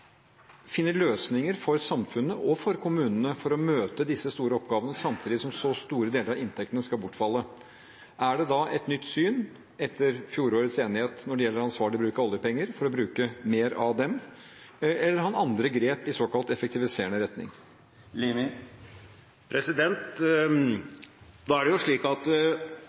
finne løsninger for samfunnet – og for kommunene – for å møte disse store oppgavene, samtidig som så store deler av inntektene skal bortfalle? Er det da et nytt syn etter fjorårets enighet når det gjelder ansvarlig bruk av oljepenger, for å bruke mer av dem, eller har han andre grep i såkalt effektiviserende retning? Det er jo slik at